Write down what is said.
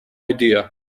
idea